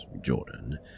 Jordan